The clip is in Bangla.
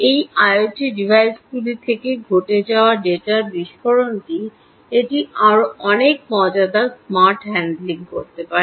এই আইওটি ডিভাইসগুলি থেকে ঘটে যাওয়া ডেটার বিস্ফোরণটি এটি আরও অনেক মজাদার স্মার্ট হ্যান্ডলিং করতে পারে